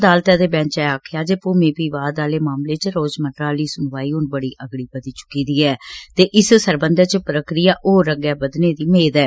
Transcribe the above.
अदालतै दे बैंचे आक्खेआ जे भूमि विवाद आले मामले च रोजमर्रा दी सुनवाई हुन बड़ी अगड़ी बघी चुकी दी ऐ ते प्रक्रिया होर अग्गै बदने दी मेद ऐ